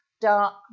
dark